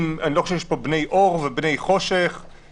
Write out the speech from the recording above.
כתוב: התנהלות המקשה על- -- אחראית של הבן הזוג ובכלל זה יציאה לעבודה.